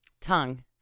Tongue